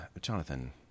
Jonathan